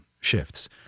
shifts